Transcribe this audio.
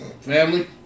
family